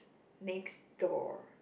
next door